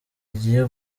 igiye